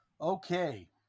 Okay